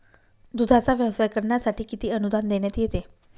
दूधाचा व्यवसाय करण्यासाठी किती अनुदान देण्यात येते?